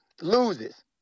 loses